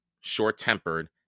short-tempered